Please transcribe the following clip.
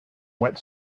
wet